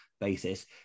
basis